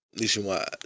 nationwide